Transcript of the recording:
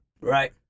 Right